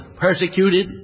persecuted